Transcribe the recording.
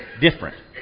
Different